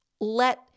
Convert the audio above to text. let